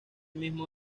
mismo